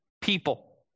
people